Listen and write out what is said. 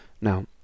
Now